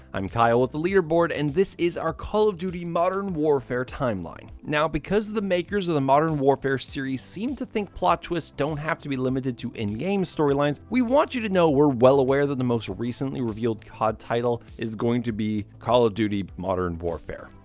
i'm kyle with the leaderboard, and this is our call of duty modern warfare timeline. now, because the makers of the modern warfare series seem to think plot twists don't have to be limited to in-game storylines, we want you to know we're well aware that the most recently revealed cod title is going to be call of duty modern warfare.